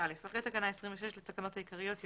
26א אחרי תקנה 26 לתקנות העיקריות יבוא: